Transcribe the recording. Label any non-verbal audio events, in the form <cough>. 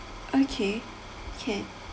<breath> okay can